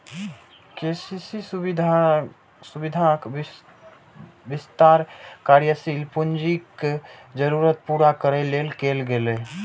KCC सुविधाक विस्तार कार्यशील पूंजीक जरूरत पूरा करै लेल कैल गेलै